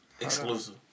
Exclusive